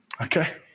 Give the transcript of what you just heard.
Okay